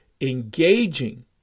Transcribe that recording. engaging